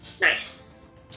Nice